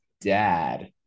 dad